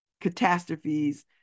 catastrophes